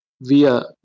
via